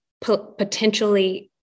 potentially